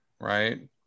Right